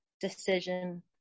decision